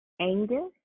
anger